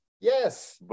yes